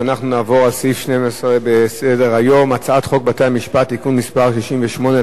אנחנו נעבור לסעיף 12 בסדר-היום: הצעת חוק בתי-המשפט (תיקון מס' 69),